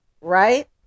right